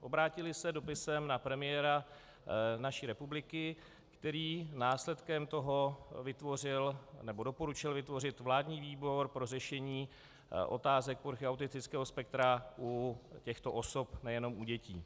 Obrátily se dopisem na premiéra naší republiky, který následkem toho vytvořil, nebo doporučil vytvořit vládní výbor pro řešení otázek poruchy autistického spektra u těchto osob, nejenom u dětí.